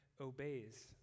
obeys